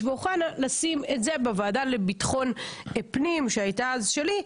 ואוחנה לשים את זה בוועדה לביטחון פנים שהייתה אז שלי,